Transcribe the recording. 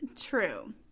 True